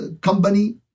company